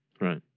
right